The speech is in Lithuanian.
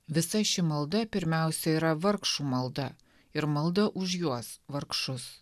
visa ši malda pirmiausia yra vargšų malda ir malda už juos vargšus